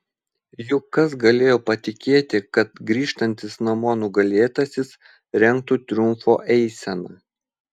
juk kas galėjo patikėti kad grįžtantis namo nugalėtasis rengtų triumfo eiseną